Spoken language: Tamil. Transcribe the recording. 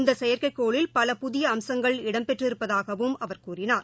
இந்தசெயற்கைக்கோளில் பல புதியஅம்சங்கள் இடம்பெற்றிருப்பததாகவும் அவர் கூறினார்